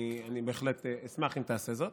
אני בהחלט אשמח אם תעשה זאת.